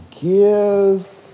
give